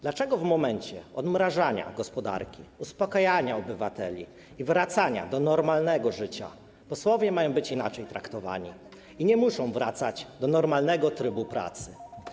Dlaczego w momencie odmrażania gospodarki, uspokajania obywateli i wracania do normalnego życia posłowie mają być inaczej traktowani i nie muszą wracać do normalnego trybu pracy?